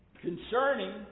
concerning